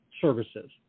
services